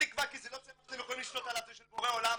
כי זה לא צמח שאתם יכולים לשלוט עליו זה של בורא עולם.